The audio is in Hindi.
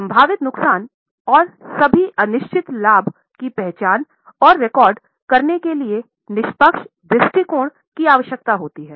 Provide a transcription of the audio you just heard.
संभावित नुकसान और सभी अनिश्चित लाभ की पहचान और रिकॉर्ड करने के लिए निष्पक्ष दृष्टिकोण की आवश्यकता होती है